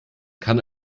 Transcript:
kann